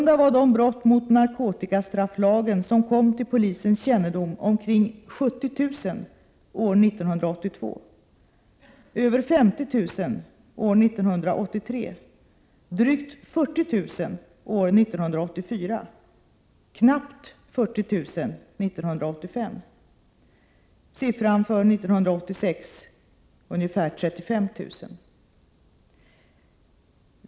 De brott mot narkotikastrafflagen som kom till polisens kännedom var således omkring 70 000 år 1982, över 50 000 år 1983, drygt 40 000 år 1984 och knappt 40 000 år 1985. Siffran för år 1986 var ungefär 35 000.